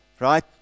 Right